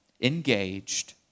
engaged